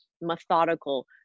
methodical